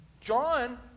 John